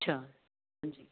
ਅੱਛਾ